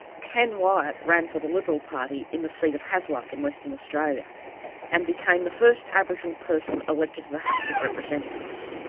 ken wyatt ran for the liberal party in the seat of hasluck in western australia and became the first aboriginal person elected to the house of representatives.